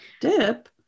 dip